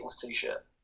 t-shirt